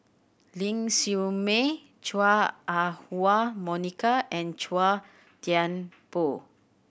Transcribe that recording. Ling Siew May Chua Ah Huwa Monica and Chua Thian Poh